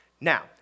Now